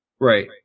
Right